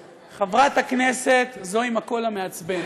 אדוני היושב-ראש, חברת הכנסת, זו עם הקול המעצבן,